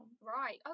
Right